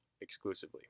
exclusively